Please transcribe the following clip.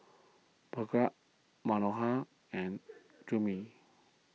Bhagat Manohar and Gurmeet